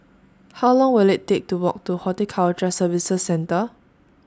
How Long Will IT Take to Walk to Horticulture Services Centre